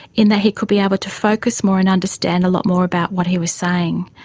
in that he could be able to focus more and understand a lot more about what he was saying.